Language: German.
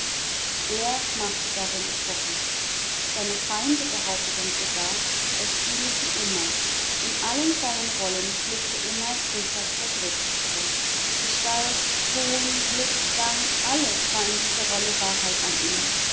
er machte darin epoche seine feinde behaupteten sogar er spiele sie immer in allen seinen anderen rollen blicke immer richard der dritte hervor gestalt ton blick gang alles war in dieser rolle wahrheit an ihm